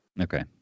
Okay